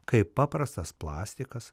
kaip paprastas plastikas